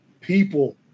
people